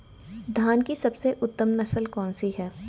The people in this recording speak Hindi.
धान की सबसे उत्तम नस्ल कौन सी है?